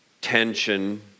tension